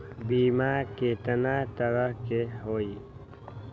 बीमा केतना तरह के होइ?